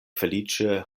feliĉe